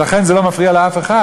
לכן זה לא מפריע לאף אחד.